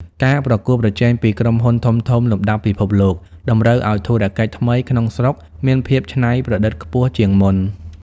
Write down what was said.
ការប្រកួតប្រជែងពីក្រុមហ៊ុនធំៗលំដាប់ពិភពលោកតម្រូវឱ្យធុរកិច្ចថ្មីក្នុងស្រុកមានភាពច្នៃប្រឌិតខ្ពស់ជាងមុន។